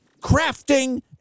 crafting